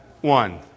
one